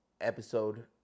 episode